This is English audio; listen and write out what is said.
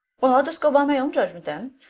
well, i'll just go by my own judgment then.